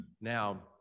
Now